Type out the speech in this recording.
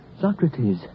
Socrates